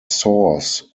sores